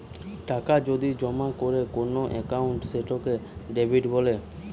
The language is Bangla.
টাকা যদি জমা করে কোন একাউন্টে সেটাকে ডেবিট বলে